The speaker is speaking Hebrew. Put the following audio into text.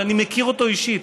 אבל אני מכיר אותו אישית,